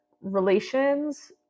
relations